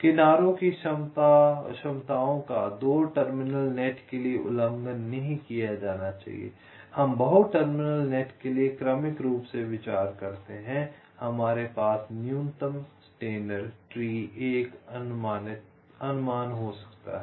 किनारों की क्षमताओं का 2 टर्मिनल नेट के लिए उल्लंघन नहीं किया जाना चाहिए हम बहु टर्मिनल नेट के लिए क्रमिक रूप से विचार करते हैं हमारे पास न्यूनतम स्टेनर ट्री एक अनुमान हो सकता है